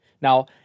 Now